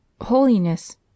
Holiness